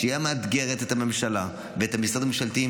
שמאתגרת את הממשלה ואת המשרדים הממשלתיים